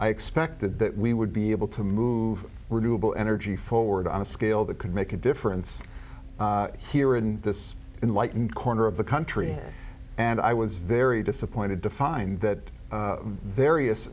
i expected that we would be able to move renewable energy forward on a scale that could make a difference here in this in light in corner of the country and i was very disappointed to find that various